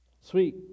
Sweet